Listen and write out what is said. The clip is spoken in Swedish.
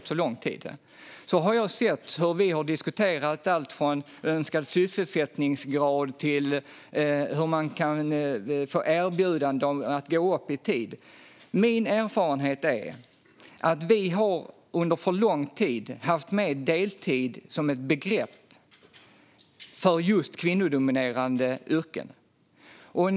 Och min poäng var att jag har sett hur vi har diskuterat alltifrån önskad sysselsättningsgrad till hur man kan få erbjudande om att gå upp i tid. Enligt min erfarenhet har vi under alltför lång tid haft med deltid som begrepp inom kvinnodominerade yrken.